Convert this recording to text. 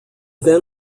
then